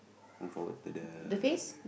move forward to the